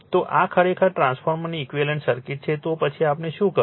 તો આ ખરેખર ટ્રાન્સફોર્મરની ઈક્વિવેલન્ટ સર્કિટ છે તો પછી આપણે શું કર્યું